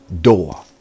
door